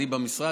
אני במשרד.